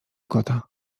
kota